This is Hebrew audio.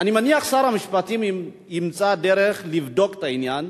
אני מניח ששר המשפטים ימצא דרך לבדוק את העניין.